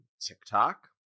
TikTok